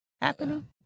happening